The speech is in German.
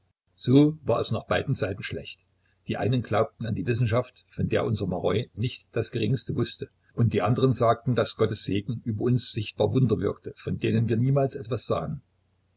so war es nach beiden seiten schlecht die einen glaubten an die wissenschaft von der unser maroi nicht das geringste wußte und die anderen sagten daß gottes segen über uns sichtbar wunder wirke von denen wir niemals etwas sahen